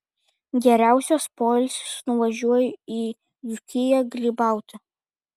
geriausias poilsis nuvažiuoju į dzūkiją grybauti